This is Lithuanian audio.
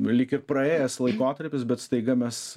lyg ir praėjęs laikotarpis bet staiga mes